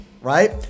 right